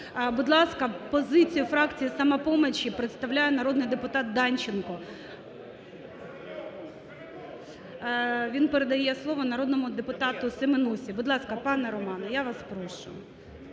Будь ласка, позицію фракції "Самопомочі" представляє народний депутат Данченко. Він передає слово народному депутаті Семенусі. (Шум у залі) Будь ласка, пане Романе, я вас прошу,